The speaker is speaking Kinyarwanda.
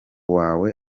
wawe